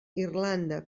irlanda